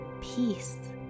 peace